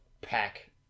Pack